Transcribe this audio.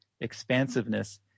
expansiveness